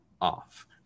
off